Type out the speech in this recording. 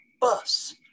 bus